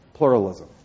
Pluralism